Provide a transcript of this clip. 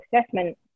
assessment